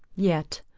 yet,